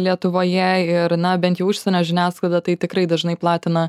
lietuvoje ir na bent jau užsienio žiniasklaida tai tikrai dažnai platina